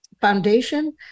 Foundation